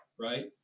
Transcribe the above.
right